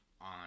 on